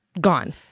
gone